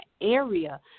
area